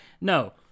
no